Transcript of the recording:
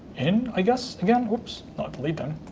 in, i guess, again. whoops not delete them.